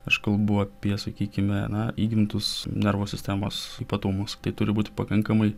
aš kalbu apie sakykime na įgimtus nervų sistemos ypatumus tai turi būt pakankamai